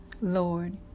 Lord